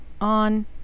on